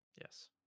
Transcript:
yes